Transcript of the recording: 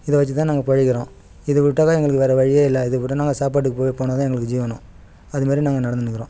இதை வச்சு தான் நாங்கள் பிழைக்கிறோம் இதை விட்டாக்க எங்களுக்கு வேற வழியே இல்லை நாங்கள் சாப்பாட்டுக்கு போ போனால் தான் எங்களுக்கு ஜீவனம் அதுமாதிரி நாங்கள் நடந்துக்கிறோம்